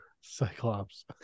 Cyclops